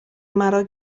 مرا